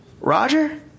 Roger